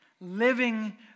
living